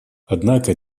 однако